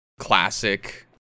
classic